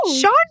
Sean